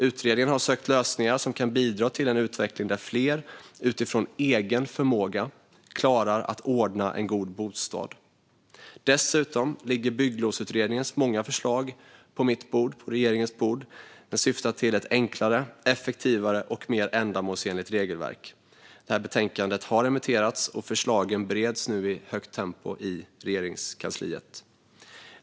Utredningen har sökt lösningar som kan bidra till en utveckling där fler utifrån egen förmåga klarar att ordna en god bostad. Dessutom ligger Bygglovsutredningens många förslag på regeringens bord. Den syftar till ett enklare, effektivare och mer ändamålsenligt regelverk. Betänkandet har remitterats, och förslagen bereds nu i högt tempo i Regeringskansliet.